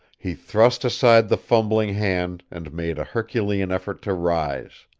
he thrust aside the fumbling hand and made a herculean effort to rise.